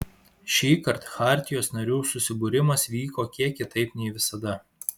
šįkart chartijos narių susibūrimas vyko kiek kitaip nei visada